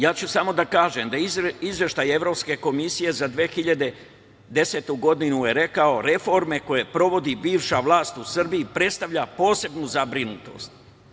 Ja ću samo da kažem da je Izveštaj Evropske komisije za 2010. godinu rekao – reforme koje sprovodi bivša vlast u Srbiji predstavljaju posebnu zabrinutost.